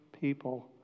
people